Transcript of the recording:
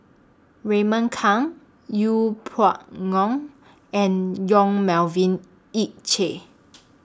Raymond Kang YOU Pway Ngon and Yong Melvin Yik Chye